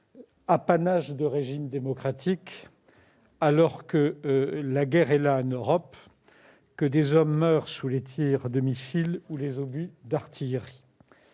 apanage des régimes démocratiques, alors que la guerre est là, en Europe, que des hommes meurent sous les tirs de missiles ou les obus d'artillerie.